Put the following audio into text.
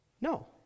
No